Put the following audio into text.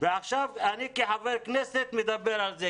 ועכשיו כחבר כנסת אני מדבר על זה.